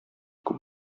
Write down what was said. күп